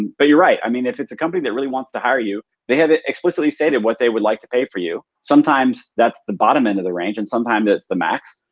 but you're right. i mean if it's a company that really wants to hire you they have explicitly stated what they would like to pay for you. sometimes that's the bottom end of the range and sometimes it's the max.